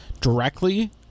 directly